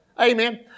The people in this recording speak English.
Amen